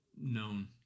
known